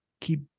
keep